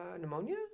pneumonia